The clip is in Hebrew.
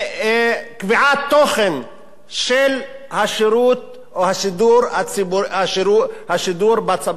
בקביעת תוכן של השירות או השידור בשפה הערבית.